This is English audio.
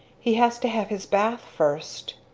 he has to have his bath first.